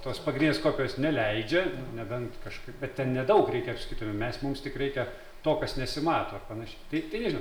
tos pagrinės kopijos neleidžia nebent kažkaip bet ten nedaug reikia sakytume mes mums tik reikia to kas nesimato ar panašiai tai tai nežinau